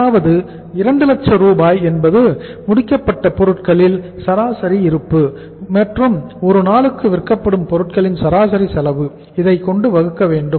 அதாவது 2 லட்சம் ரூபாய் என்பது முடிக்கப்பட்ட பொருட்களில் சராசரி இருப்பு மற்றும் ஒருநாளுக்கு விற்கப்படும் பொருட்களின் சராசரி செலவு இதைக்கொண்டு வகுக்க வேண்டும்